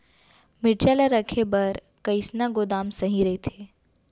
मिरचा ला रखे बर कईसना गोदाम सही रइथे?